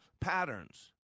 patterns